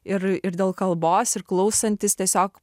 ir ir dėl kalbos ir klausantis tiesiog